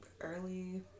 early